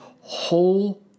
Whole